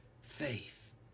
faith